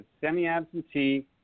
semi-absentee